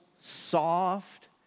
soft